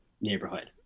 neighborhood